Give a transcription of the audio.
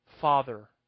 father